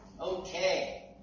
okay